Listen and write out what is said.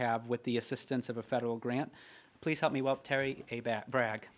have with the assistance of a federal grant please help me well terry brag